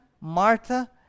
Martha